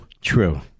true